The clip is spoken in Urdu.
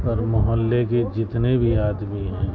اور محلے کے جتنے بھی آدمی ہیں